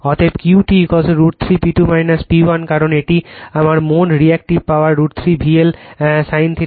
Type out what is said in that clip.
অতএব Q T √ 3 P2 P1 কারণ এটি আমার মোট রিএক্টিভ পাওয়ার √ 3 VL √ sin